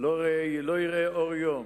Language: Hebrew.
לא יראה אור יום.